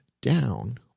down